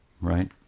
right